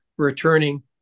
returning